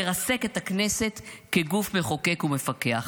לרסק את הכנסת כגוף מחוקק ומפקח.